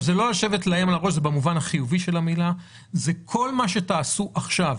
כל מה שתעשו עכשיו